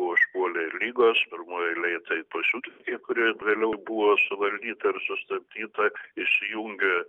užpuolė ligos pirmojoj eilėj tai pasiutligė kuri vėliau buvo suvaldyta ir sustabdyta įsijungė